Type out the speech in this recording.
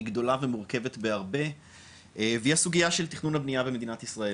גדולה ומורכבת בהרבה והיא הסוגיה של תכנון הבנייה במדינת ישראל.